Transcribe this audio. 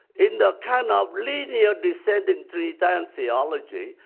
in the kind of linear descendantry down theology,